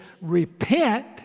repent